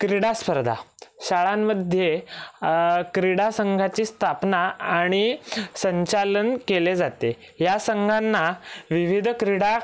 क्रीडा स्पर्धा शाळांमध्ये क्रीडा संघाची स्थापना आणि संचालन केले जाते या संघांना विविध क्रीडा